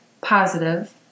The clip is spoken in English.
positive